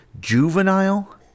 juvenile